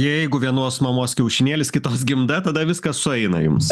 jeigu vienos mamos kiaušinėlis kitos gimda tada viskas sueina jums